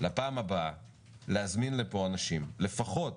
לפעם הבאה להזמין לפה אנשים, לפחות